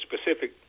specific